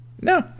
No